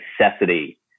necessity